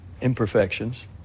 imperfections